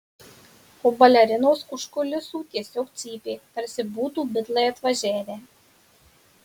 o balerinos už kulisų tiesiog cypė tarsi būtų bitlai atvažiavę